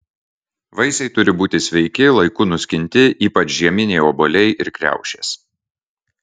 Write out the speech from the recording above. vaisiai turi būti sveiki laiku nuskinti ypač žieminiai obuoliai ir kriaušės